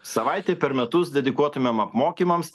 savaitei per metus dedikuotumėm apmokymams